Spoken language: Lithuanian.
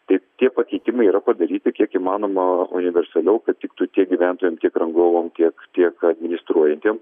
tik tie pakeitimai yra padaryti kiek įmanoma universaliau kad tiktų tiek gyventojam tiek rangovam tiek tiek administruojantiem